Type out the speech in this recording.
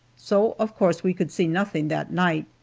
so of course we could see nothing that night.